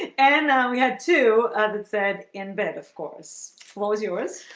and we had to i've and said in bed, of course. what was yours?